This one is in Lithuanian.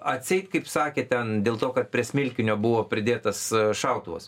atseit kaip sakė ten dėl to kad prie smilkinio buvo pridėtas šautuvas